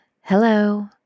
Hello